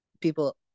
people